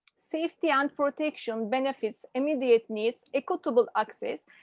safety and protection benefits, immediate needs, equitable access,